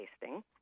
tasting